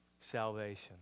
salvation